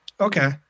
Okay